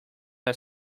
are